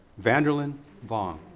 vanderlin vong.